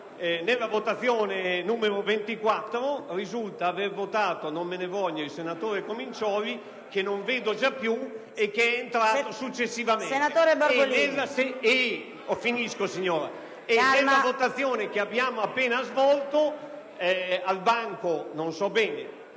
nella votazione n. 24 risulta aver votato - non me ne voglia - il senatore Comincioli (che non vedo già più), che è entrato successivamente. Inoltre, nella